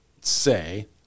say